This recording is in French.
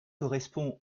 correspond